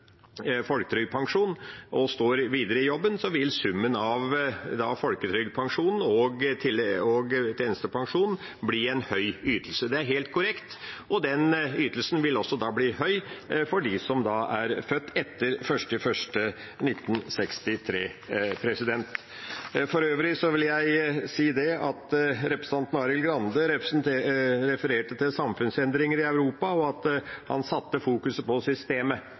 folketrygdpensjon og står videre i jobben, vil summen av folketrygdpensjonen og tjenestepensjonen bli en høy ytelse. Det er helt korrekt, og den ytelsen vil også da bli høy for dem som er født etter 1. januar 1963. For øvrig vil jeg si at representanten Arild Grande refererte til samfunnsendringer i Europa, og han fokuserte på systemet.